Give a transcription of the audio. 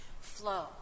flow